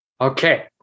Okay